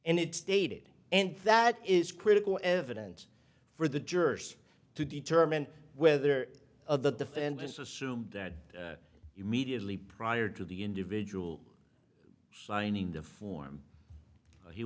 and it's dated and that is critical evidence for the jurors to determine whether of the defendant's assume that you mediately prior to the individual signing the form